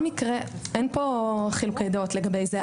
אין פה חילוקי דעות לגבי זה.